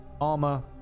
armor